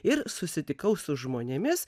ir susitikau su žmonėmis